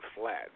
flat